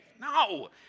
No